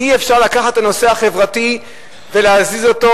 אי-אפשר לקחת את הנושא החברתי ולהזיז אותו